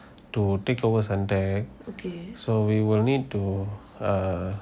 to take over suntec so we will need to err